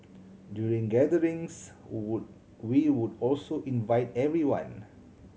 during gatherings we would also invite everyone